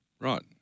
Right